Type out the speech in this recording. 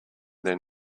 then